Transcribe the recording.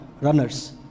runners